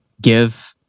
give